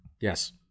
Yes